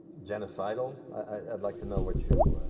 genocidal. i'd like to know what you